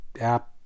app